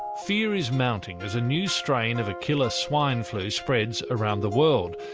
fear is mounting as a new strain of a killer swine flu spreads around the world.